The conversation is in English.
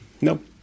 nope